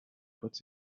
put